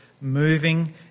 moving